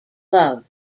love